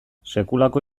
sekulako